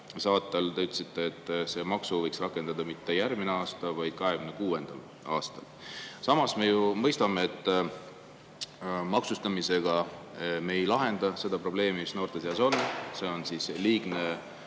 et te ütlesite, et selle maksu võiks rakendada mitte järgmisel aastal, vaid 2026. aastal. Samas me ju mõistame, et selle maksustamisega me ei lahenda seda probleemi, mis noorte seas on, see on liigne